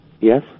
yes